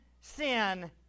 sin